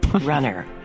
runner